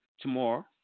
Tomorrow